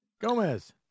Gomez